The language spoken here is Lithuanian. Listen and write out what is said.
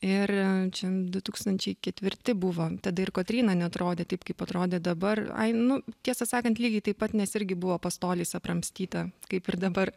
ir čin du tūkstančiai ketvirti buvo tada ir kotryna neatrodė taip kaip atrodė dabar ai nu tiesą sakant lygiai taip pat nes irgi buvo pastoliais apramstyta kaip ir dabar